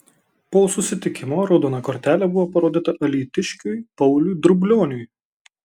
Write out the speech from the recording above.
po susitikimo raudona kortelė buvo parodyta alytiškiui pauliui drublioniui